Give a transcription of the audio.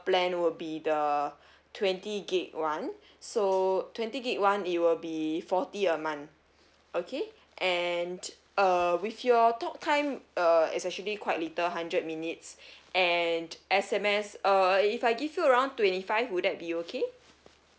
plan will be the twenty gig [one] so twenty gig [one] it will be forty a month okay and uh with your talk time uh is actually quite little hundred minutes and S_M_S uh if I give you around twenty five would that be okay